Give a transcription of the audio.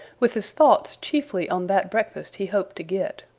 with his thoughts chiefly on that breakfast he hoped to get,